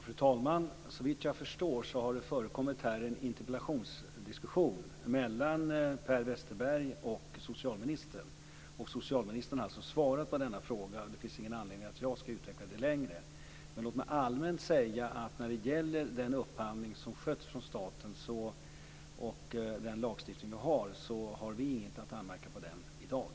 Fru talman! Såvitt jag förstår har det här förekommit en interpellationsdebatt mellan Per Westerberg och socialministern. Socialministern har alltså svarat på denna fråga. Det finns ingen anledning till att jag ska utveckla den mera. Men låt mig allmänt säga att när det gäller den upphandling som skötts av staten och den lagstiftning som vi har, har vi inget att anmärka på den i dag.